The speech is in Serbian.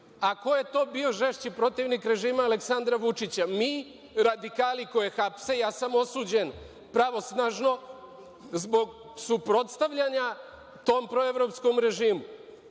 A ko je to bio žešći protivnik režima Aleksandra Vučića? Mi, radikali koje hapse, ja sam osuđen pravosnažno zbog suprotstavljanja tom proevropskom režimu,